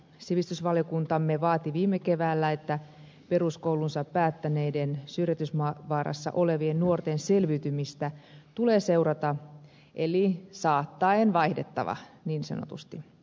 sivistysvaliokuntamme vaati viime keväänä että peruskoulunsa päättäneiden syrjäytymisvaarassa olevien nuorten selviytymistä tulee seurata eli saattaen vaihdettava niin sanotusti